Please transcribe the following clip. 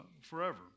forever